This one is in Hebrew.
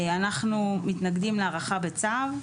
אנחנו מתנגדים להארכה בצו.